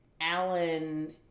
Alan